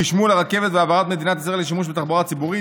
חשמול הרכבת והעברת מדינת ישראל לשימוש בתחבורה הציבורית.